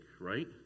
right